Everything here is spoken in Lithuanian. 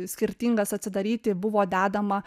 skirtingas atsidaryti buvo dedama